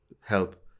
help